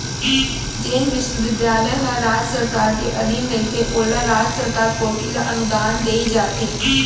जेन बिस्वबिद्यालय ह राज सरकार के अधीन रहिथे ओला राज सरकार कोती ले अनुदान देय जाथे